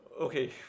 Okay